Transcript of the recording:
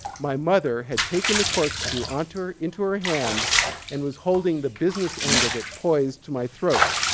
my mother had taken the corkscrew into her into her hand and was holding the business end of it poised to my throat